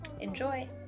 Enjoy